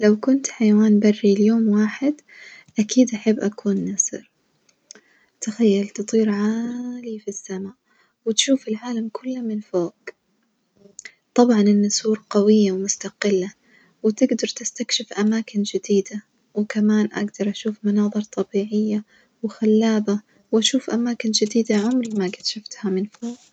لو كنت حيوان بري ليوم واحد أكيد أحب أكون نسر، تخيل تطير عاالي في السما وتشوف العالم كله من فوج، طبعًا النسور قوية ومستقلة وتجدر تستكشف أماكن جديدة وكمان أجدر أشوف مناظر طبيعية وخلابة وأشوف أماكن جديدة عمري ما كنت شوفتها من فوج.